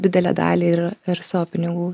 didelę dalį ir ir savo pinigų